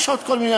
יש עוד כל מיני,